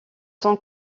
sont